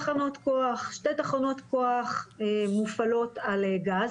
יש להם תוכניות ארוכות טווח ואני חושב שצריך להסתכל על זה בחיוב.